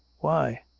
why?